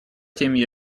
теме